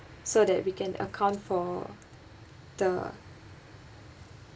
so that we can account for the